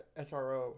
SRO